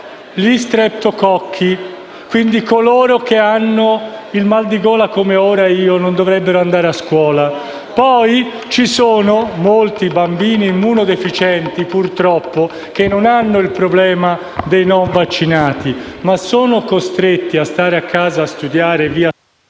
gli streptococchi. Quindi coloro che hanno il mal di gola, come ce l'ho ora io, non dovrebbero andare a scuola. Poi ci sono molti bambini immunodeficienti, purtroppo, che non hanno il problema dei non vaccinati, ma sono costretti a stare a casa a studiare...